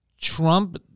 Trump